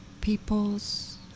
people's